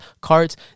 cards